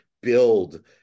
build